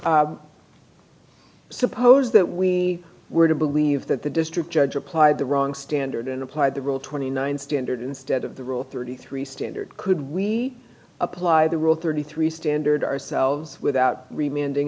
suppose that we were to believe that the district judge applied the wrong standard and applied the rule twenty nine standard instead of the rule thirty three standard could we apply the rule thirty three standard ourselves without reminding